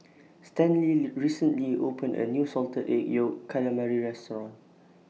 Stanley recently opened A New Salted Egg Yolk Calamari Restaurant